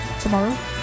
tomorrow